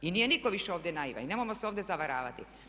I nije nitko više ovdje naivan i nemojmo se ovdje zavaravati.